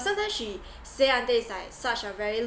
sometimes she say until it's like such a very